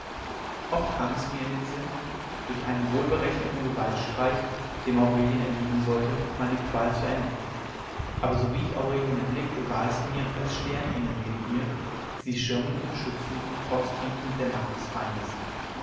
oft kam es mir in den sinn durch einen wohlberechneten gewaltstreich dem aurelie erliegen sollte meine qual zu enden aber sowie ich aurelien erblickte war es mir als stehe ein engel neben ihr sie schirmend und schützend und trotz bietend der macht des feindes